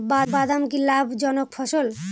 বাদাম কি লাভ জনক ফসল?